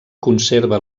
conserva